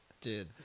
dude